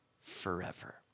forever